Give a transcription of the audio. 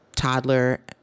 toddler